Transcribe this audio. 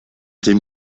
dem